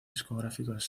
discográficos